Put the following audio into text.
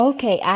Okay